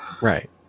Right